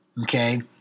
Okay